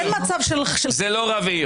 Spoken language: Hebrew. אבל אין מצב של חור שאין רב.